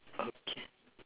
okay